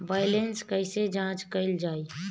Balance कइसे जांच कइल जाइ?